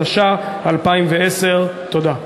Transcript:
התש"ע 2010. תודה.